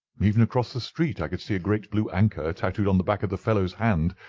even across the street i could see a great blue anchor tattooed on the back of the fellow's hand.